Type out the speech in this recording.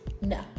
No